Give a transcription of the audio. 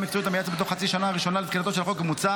המקצועית המייעצת בתוך חצי השנה הראשונה לתחילתו של החוק המוצע